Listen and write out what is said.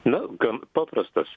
na gan paprastas